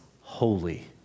holy